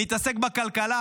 נתעסק בכלכלה.